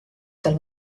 tal